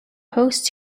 host